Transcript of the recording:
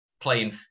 playing